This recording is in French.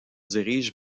dirige